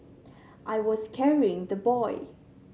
I was carrying the boy